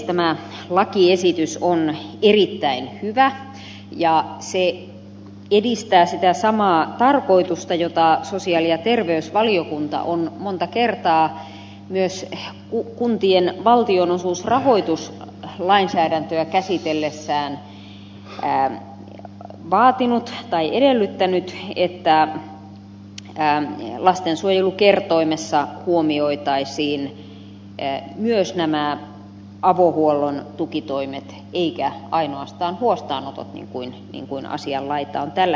tämä lakiesitys on erittäin hyvä ja se edistää sitä samaa tarkoitusta jota sosiaali ja terveysvaliokunta on monta kertaa myös kuntien valtionosuusrahoituslainsäädäntöä käsitellessään vaatinut tai edellyttänyt että lastensuojelukertoimessa huomioitaisiin myös avohuollon tukitoimet eikä ainoastaan huostaanotot niin kuin asianlaita on tällä hetkellä